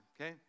Okay